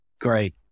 Great